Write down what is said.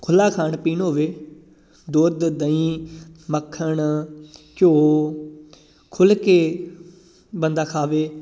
ਖੁੱਲ੍ਹਾ ਖਾਣ ਪੀਣ ਹੋਵੇ ਦੁੱਧ ਦਹੀਂ ਮੱਖਣ ਘਿਓ ਖੁੱਲ੍ਹ ਕੇ ਬੰਦਾ ਖਾਵੇ